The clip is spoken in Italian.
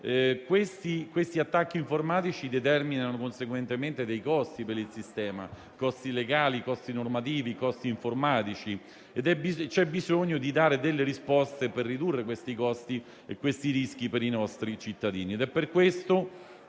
Gli attacchi informatici determinano dei costi per il sistema, costi legali, costi normativi e costi informatici, e c'è bisogno di dare delle risposte per ridurre tali costi e i rischi per i nostri cittadini.